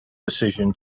decision